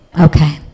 okay